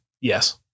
Yes